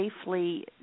safely